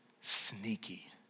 sneaky